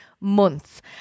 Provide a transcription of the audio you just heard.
months